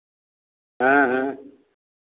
हाँ हाँ